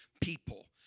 people